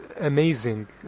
amazing